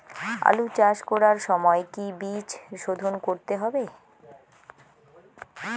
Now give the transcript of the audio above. আলু চাষ করার সময় কি বীজ শোধন করতে হবে?